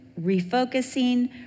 refocusing